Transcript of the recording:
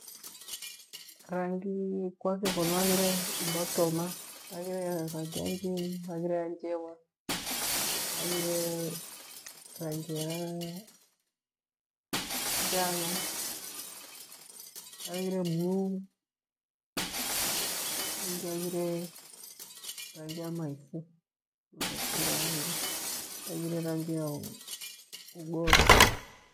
Rangi kwa Kighonu haghire mrotoma haghire njawa haghire rangi ya njano, haghire bluu, haghire rangi ya maifu, maifu ghaya, haghire ya ugoro.